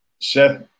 Seth